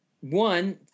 one